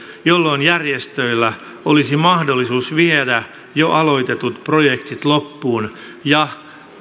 jolloin järjestöillä olisi mahdollisuus viedä jo aloitetut projektit loppuun ja